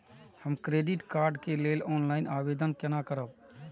हम credit card के लेल ऑनलाइन आवेदन केना करब?